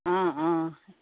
অঁ অঁ